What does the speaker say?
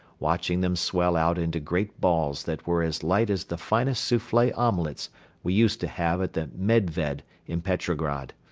watching them swell out into great balls that were as light as the finest souffle omelettes we used to have at the medved in petrograd.